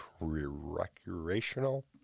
recreational